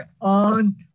on